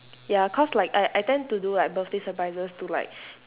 ya cause like I I tend to do like birthday surprises to like